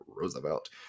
Roosevelt